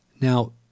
Now